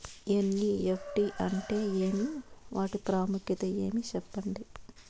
NEFT అంటే ఏమి వాటి ప్రాముఖ్యత ఏమి? సెప్పండి?